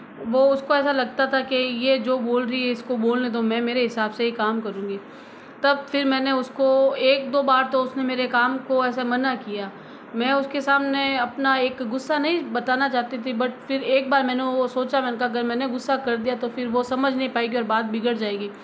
वो उसको ऐसा लगता था कि ये जो बोल रही है इसको बोलने दो मैं मेरे हिसाब से ही काम करूँगी तब फिर मैंने उसको एक दो बार तो उसने मेरे काम को ऐसे मना किया मैं उसके सामने अपना एक गुस्सा नहीं बताना चाहती थी बट फिर एक बार मैंने वो सोचा मैंने का कि अगर मैंने गुस्सा कर दिया तो फिर वो समझ नहीं पाएगी और बात बिगड़ जाएगी